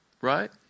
right